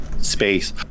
space